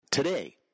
Today